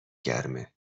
گرمه